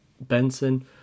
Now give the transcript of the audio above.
Benson